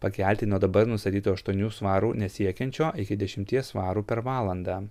pakelti nuo dabar nustatyto aštuonių svarų nesiekiančio iki dešimties svarų per valandą